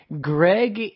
Greg